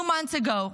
Two months ago,